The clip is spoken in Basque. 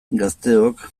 gazteok